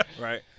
Right